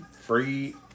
free